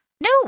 No